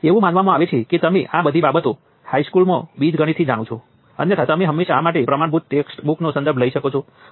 તે તારણ આપે છે કે આ તે કેસ જેવું છે જ્યાં આપણી પાસે સ્વતંત્ર વોલ્ટેજ સ્ત્રોત હતો